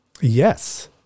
yes